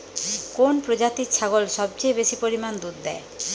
কোন প্রজাতির ছাগল সবচেয়ে বেশি পরিমাণ দুধ দেয়?